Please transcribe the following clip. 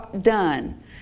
done